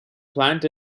plant